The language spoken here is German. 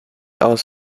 aus